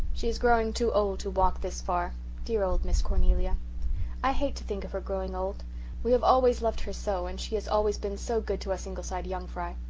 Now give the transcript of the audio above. she is growing too old to walk this far dear old miss cornelia i hate to think of her growing old we have always loved her so and she has always been so good to us ingleside young fry.